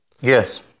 Yes